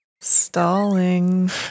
Stalling